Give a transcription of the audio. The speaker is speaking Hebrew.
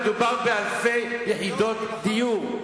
מדובר באלפי יחידות דיור.